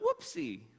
whoopsie